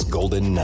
Golden